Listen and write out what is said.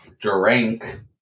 drink